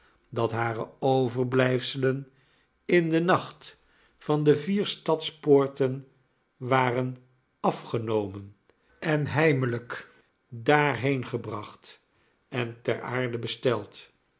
dat hare overblijfselen in den nacht van de vier stadspoorten waren afgenomen en heimelijk daarheen gebracht en ter aarde besteld